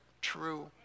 true